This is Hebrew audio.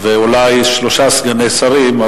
ואולי שלושה סגני שרים,